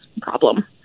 problem